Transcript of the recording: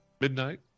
Midnight